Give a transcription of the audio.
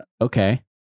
okay